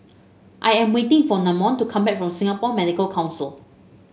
I am waiting for Namon to come back from Singapore Medical Council